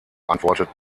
antwortet